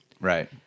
Right